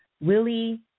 Willie